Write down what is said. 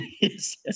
Yes